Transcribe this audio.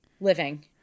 living